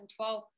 2012